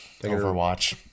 Overwatch